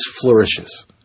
flourishes